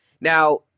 Now